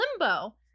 Limbo